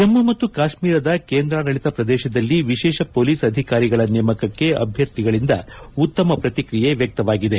ಜಮ್ಮ ಮತ್ತು ಕಾಶ್ಮೀರದ ಕೇಂದ್ರಾಡಳಿತ ಪ್ರದೇಶದಲ್ಲಿ ವಿಶೇಷ ಮೊಲೀಸ್ ಅಧಿಕಾರಿಗಳ ನೇಮಕಕ್ಕೆ ಅಭ್ಯರ್ಥಿಗಳಿಂದ ಉತ್ತಮ ಪ್ರತಿಕ್ರಿಯೆ ವ್ಯಕ್ತವಾಗಿದೆ